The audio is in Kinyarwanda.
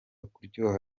kuryoha